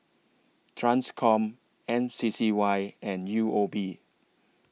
TRANSCOM M C C Y and U O B